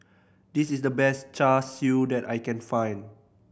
this is the best Char Siu that I can find